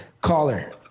Caller